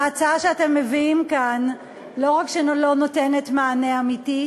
ההצעה שאתם מביאים כאן לא רק שהיא לא נותנת מענה אמיתי,